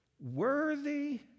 Worthy